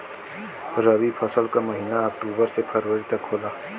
रवी फसल क महिना अक्टूबर से फरवरी तक होला